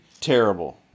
Terrible